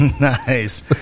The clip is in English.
Nice